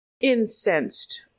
incensed